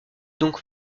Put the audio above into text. donc